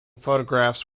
photographs